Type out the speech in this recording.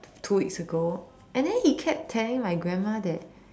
two weeks ago and then he kept telling my grandma that